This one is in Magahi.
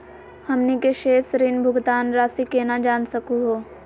हमनी के शेष ऋण भुगतान रासी केना जान सकू हो?